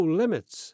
limits